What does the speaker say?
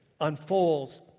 unfolds